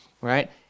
right